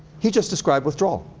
he just described withdrawal.